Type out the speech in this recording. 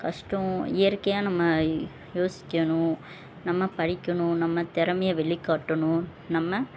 கஷ்டம் இயற்கையாக நம்ம யோசிக்கணும் நம்ம படிக்கணும் நம்ம திறமைய வெளிக்காட்டணும் நம்ம